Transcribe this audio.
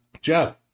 Jeff